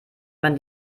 man